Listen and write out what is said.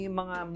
mga